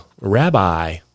Rabbi